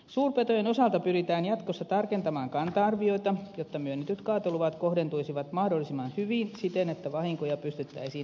suurpetojen osalta pyritään jatkossa tarkentamaan kanta arvioita jotta myönnetyt kaatoluvat kohdentuisivat mahdollisimman hyvin siten että vahinkoja pystyttäisiin ennalta ehkäisemään